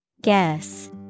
Guess